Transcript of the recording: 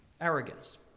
arrogance